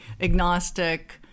agnostic